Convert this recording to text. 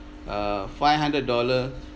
uh five hundred dollar